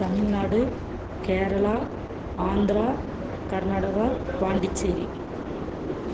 Tamil Nadu Kerala Andhra Karnataka Pondicherry